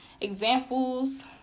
Examples